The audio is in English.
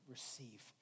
Receive